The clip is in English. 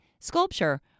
sculpture